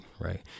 right